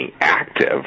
active